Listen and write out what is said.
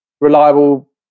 reliable